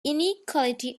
inequality